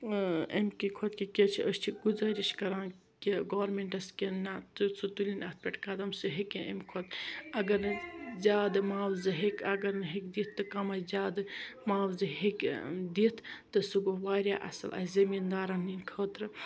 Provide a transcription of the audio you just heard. ٲں اَمہِ کہِ خۄد کہِ کیازِ چھِ أسۍ چھِ گزٲرَش کَران کہِ گورمٮ۪نٹس کہِ نا تہٕ سُہ تُلِن اَتھ پٮ۪ٹھ قَدم سُہ ہیکہِ اَمہِ کھۄتہٕ اگر نہٕ زیادٕ معاوضہٕ ہیکہِ اگر نہٕ ہیکہِ دِتھ تہٕ کَمے زیادٕ معاوضہٕ ہیکہِ دِتھ تہٕ سُہ گو واریاہ اصل اَسہِ زمیندارن ہِند خٲطرٕ